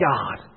God